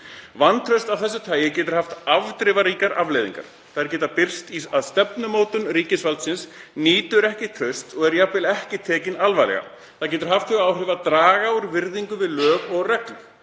„Vantraust af þessu tagi getur haft afdrifaríkar afleiðingar. Þær geta birst í að stefnumótun ríkisvaldsins nýtur ekki trausts og er jafnvel ekki tekin alvarlega. Það getur líka haft þau áhrif að draga úr virðingu við lög og reglur.